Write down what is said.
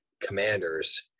commanders